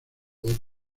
con